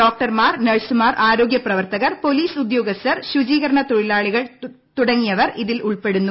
ഡോക്ടർമാർ നഴ്സുമാർ ആരോഗ്യ പ്രവർത്തകർ പോലീസ് ഉദ്യോഗസ്ഥർ ശുചീകരണ തൊഴിലാളികൾ തുടങ്ങിയവർ ഇതിൽ ഉൾപ്പെടുന്നു